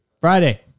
Friday